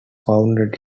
founded